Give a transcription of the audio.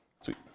Sweet